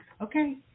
Okay